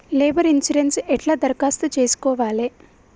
Labour insurance ఎట్ల దరఖాస్తు చేసుకోవాలే?